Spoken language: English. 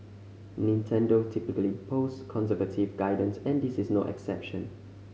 Nintendo typically posts conservative guidance and this is no exception